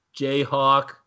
Jayhawk